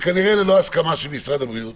וכנראה ללא הסכמת משרד הבריאות.